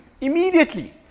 Immediately